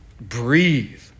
Breathe